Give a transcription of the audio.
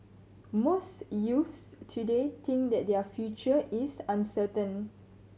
most youths today think that their future is uncertain